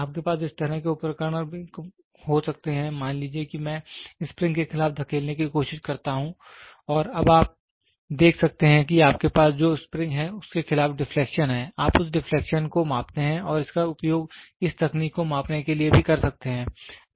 आपके पास इस तरह के उपकरण भी हो सकते हैं मान लीजिए कि मैं स्प्रिंग के खिलाफ धकेलने की कोशिश करता हूं और अब आप देख सकते हैं कि आपके पास जो स्प्रिंग है उसके खिलाफ डिफ्लेक्शन है आप उस डिफ्लेक्शन को मापते हैं और इसका उपयोग इस तकनीक को मापने के लिए भी कर सकते हैं